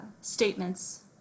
statements